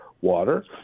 water